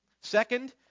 Second